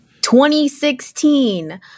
2016